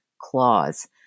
clause